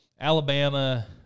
Alabama